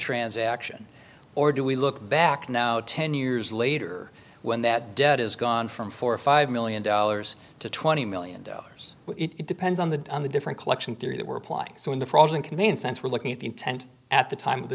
transaction or do we look back now ten years later when that debt has gone from four or five million dollars to twenty million dollars it depends on the on the different collection theory that we're applying so in the frozen canadian sense we're looking at the intent at the time